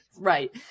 Right